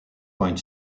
point